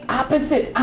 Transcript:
opposite